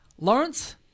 Lawrence